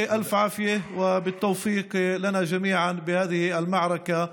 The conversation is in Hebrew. (אומר בערבית: תהיה בריא ובהצלחה לכולנו במערכה הזאת,